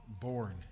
born